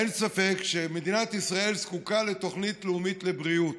אין ספק שמדינת ישראל זקוקה לתוכנית לאומית לבריאות,